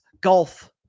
golf